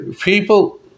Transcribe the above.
people